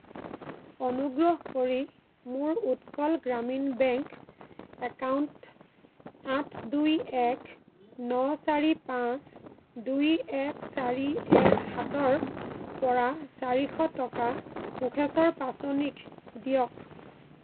অনুগ্ৰহ কৰি মোৰ উৎকল গ্ৰামীণ বেংক একাউণ্ট আঠ দুই এক ন চাৰি পাঁচ দুই এক চাৰি এক সাতৰ পৰা চাৰিশ টকা কোষেশ্বৰ পাঁচনিক দিয়ক